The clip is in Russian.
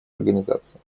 организации